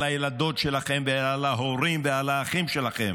הילדות שלכם ועל ההורים ועל האחים שלכם,